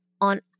on